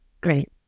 great